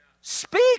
Speak